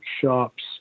shops